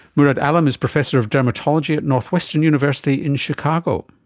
murad alam is professor of dermatology at northwestern university in chicago.